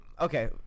okay